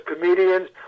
comedians